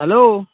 hello